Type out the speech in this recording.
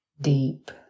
deep